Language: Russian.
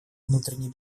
внутренней